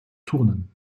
turnen